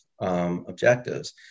objectives